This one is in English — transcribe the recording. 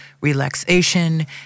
relaxation